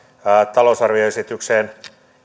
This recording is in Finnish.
talousarvioesitykseen